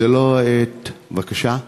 זו לא העת, אף פעם לא.